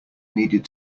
needed